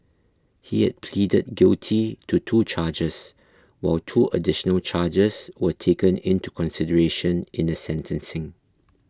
he had pleaded guilty to two charges while two additional charges were taken into consideration in the sentencing